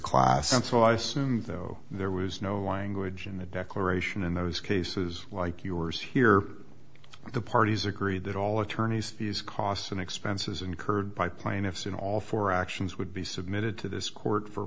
class and so i assume though there was no good in the declaration in those cases like yours here the parties agree that all attorneys costs and expenses incurred by plaintiffs in all four actions would be submitted to this court for